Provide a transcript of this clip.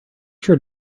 sure